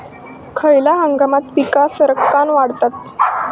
खयल्या हंगामात पीका सरक्कान वाढतत?